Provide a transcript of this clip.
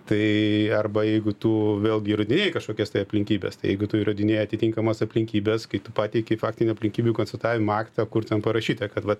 tai arba jeigu tu vėlgi įrodinėji kažkokias tai aplinkybes tai jeigu tu įrodinė atitinkamas aplinkybes kai tu pateikei faktinių aplinkybių konstatavimo aktą kur ten parašyta kad vat